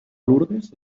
lourdes